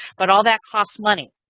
but all that costs money.